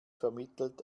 vermittelt